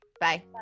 Bye